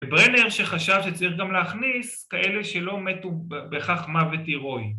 ‫וברנר שחשב שצריך גם להכניס ‫כאלה שלא מתו בהכרח מוות הרואי.